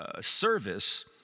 service